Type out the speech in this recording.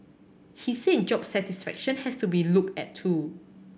he said job satisfaction has to be looked at too